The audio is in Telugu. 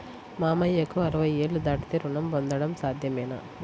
మామయ్యకు అరవై ఏళ్లు దాటితే రుణం పొందడం సాధ్యమేనా?